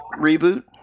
reboot